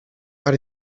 para